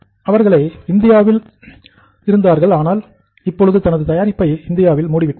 அவர்களை இந்தியாவிலும் இருந்தார்கள் ஆனால் இப்பொழுது தனது தயாரிப்பை இந்தியாவில் மூடிவிட்டார்கள்